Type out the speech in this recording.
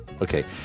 okay